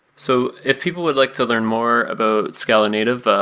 so if people would like to learn more about scala-native,